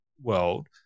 world